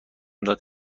داد